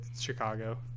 Chicago